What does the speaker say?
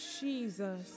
Jesus